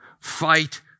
Fight